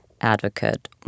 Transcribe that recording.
advocate